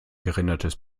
gerendertes